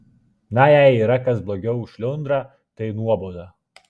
na jei yra kas blogiau už šliundrą tai nuoboda